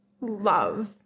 love